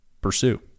pursue